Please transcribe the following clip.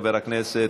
חבר הכנסת,